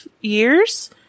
Years